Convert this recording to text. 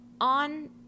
on